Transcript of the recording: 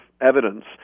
evidence